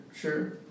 sure